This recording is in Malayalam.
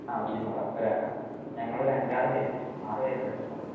ആ ഇരുന്നൂറാ ഒരാൾക്ക് ഞങ്ങൾ ഒരു അഞ്ച് ആറ് പേരുണ്ട് ആറ് പേരിൻ്റെ അടുത്തുണ്ടാകും